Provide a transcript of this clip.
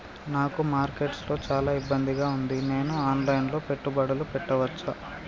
నాకు మార్కెట్స్ లో చాలా ఇబ్బందిగా ఉంది, నేను ఆన్ లైన్ లో పెట్టుబడులు పెట్టవచ్చా?